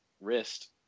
wrist